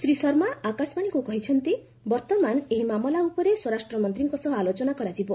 ଶ୍ରୀ ଶର୍ମା ଆକାଶବାଣୀକୁ କହିଚନ୍ତି ବର୍ତ୍ତମାନ ଏହି ମାମଲା ଉପରେ ସ୍ୱରାଷ୍ଟ୍ର ମନ୍ତ୍ରୀଙ୍କ ସହ ଆଲୋଚନା କରାଯିବ